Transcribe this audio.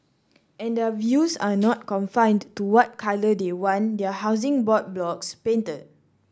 and their views are not confined to what colour they want their Housing Board blocks painted